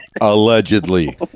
Allegedly